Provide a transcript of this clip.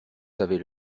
savez